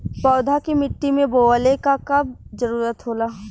पौधा के मिट्टी में बोवले क कब जरूरत होला